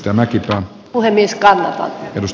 tämäkin puhe viskaa jos